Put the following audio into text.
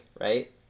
right